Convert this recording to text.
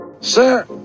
Sir